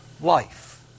life